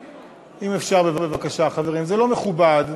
אם אפשר, בבקשה, חברים, זה לא מכובד.